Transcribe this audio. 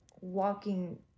walking